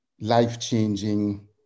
life-changing